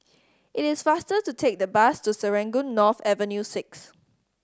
it is faster to take the bus to Serangoon North Avenue Six